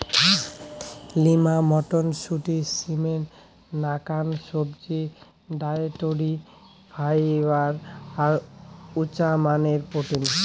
lima মটরশুঁটি, সিমের নাকান সবজি, ডায়েটরি ফাইবার আর উচামানের প্রোটিন